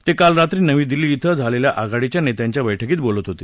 ते काल रात्री नवी दिल्ली इथं झालेल्या आघाडीच्या नेत्यांच्या बैठकीत बोलत होते